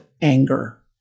anger